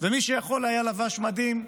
מי שהיה יכול לבש מדים,